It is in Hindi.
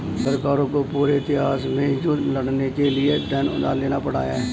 सरकारों को पूरे इतिहास में युद्ध लड़ने के लिए धन उधार लेना पड़ा है